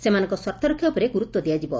ସେମାନଙ୍ଙ ସ୍ୱାର୍ଥ ରକ୍ଷା ଉପରେ ଗୁରୁତ୍ୱ ଦିଆଯିବ